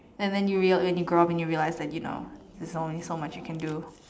and then you real when you grow up and you realise that you know there's only so much you can do